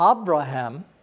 Abraham